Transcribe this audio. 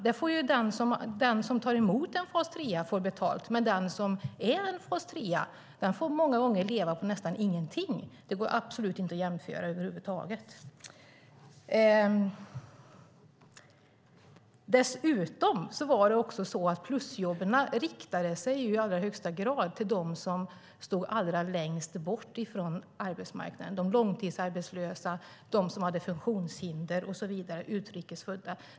Den som tar emot en person i fas 3 får betalt, men den som är i fas 3 får många gånger leva på nästan ingenting. Det går absolut inte att jämföra över huvud taget. Dessutom riktade sig plusjobben i allra högsta grad till dem som stod längst bort från arbetsmarknaden - de långtidsarbetslösa, de som hade funktionshinder, de som var utrikesfödda och så vidare.